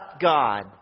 God